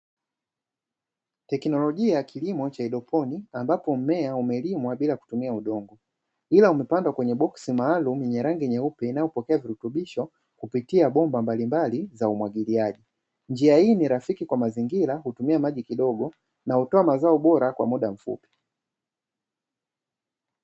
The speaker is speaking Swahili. Teknolojia ya kilimo cha haidroponi, ambapo mmea umelimwa bila kutumia udongo ila umepandwa kwenye boksi maalumu lenye rangi nyeupe, inayopokea virutubisho kupitia bomba mbalimbali za umwagiliaji. Njia hii ni rafiki kwa mazingira, hutumia maji kidogo na hutoa mazao bora kwa muda mfupi.